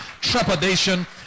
trepidation